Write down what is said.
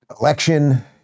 election